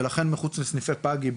ולכן מחוץ לסניפי פאגי,